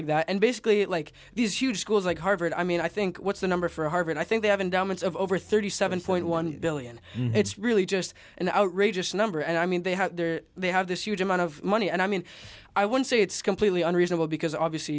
like that and basically like these huge schools like harvard i mean i think what's the number for harvard i think they haven't done much of over thirty seven billion one hundred million it's really just an outrageous number and i mean they have they have this huge amount of money and i mean i would say it's completely unreasonable because obviously